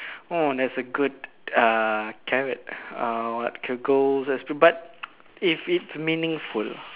hmm that's a good uh carrot uh what car~ goals as to but if it's meaningful